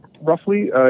roughly